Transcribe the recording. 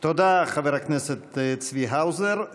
תודה, חבר הכנסת צבי האוזר.